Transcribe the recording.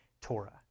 Torah